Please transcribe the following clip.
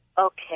Okay